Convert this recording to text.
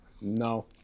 No